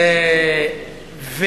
כן.